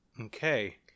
Okay